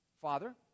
Father